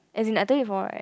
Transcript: as in I told you before right